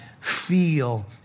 feel